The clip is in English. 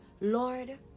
Lord